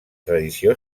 tradició